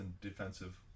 defensive